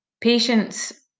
patients